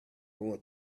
want